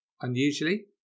Unusually